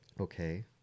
Okay